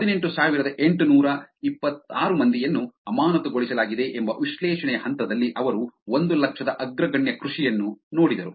ಹದಿನೆಂಟು ಸಾವಿರದ ಎಂಟುನೂರ ಇಪ್ಪತ್ತಾರು ಮಂದಿಯನ್ನು ಅಮಾನತುಗೊಳಿಸಲಾಗಿದೆ ಎಂಬ ವಿಶ್ಲೇಷಣೆಯ ಹಂತದಲ್ಲಿ ಅವರು ಒಂದು ಲಕ್ಷದ ಅಗ್ರಗಣ್ಯ ಕೃಷಿಯನ್ನು ನೋಡಿದರು